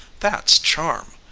that's charm.